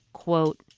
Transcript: quote,